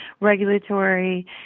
regulatory